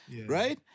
Right